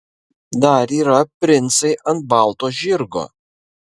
dar yra princai ant balto žirgo